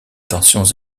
tensions